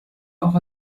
auch